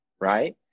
right